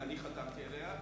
אני חתמתי עליה.